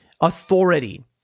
authority